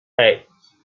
eight